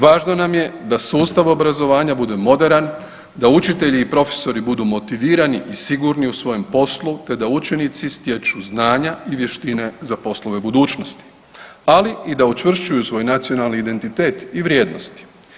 Važno nam je da sustav obrazovanja bude moderan, da učitelji i profesori budu motivirani i sigurni u svojem poslu te da učenici stječu znanja i vještine za poslove budućnosti, ali i da učvršćuju svoj nacionalni identitet i vrijednosti.